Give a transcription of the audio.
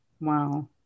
wow